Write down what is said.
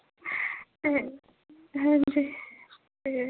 ते